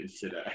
today